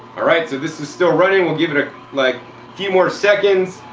alright, so this is still running. we'll give it a like few more seconds.